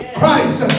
Christ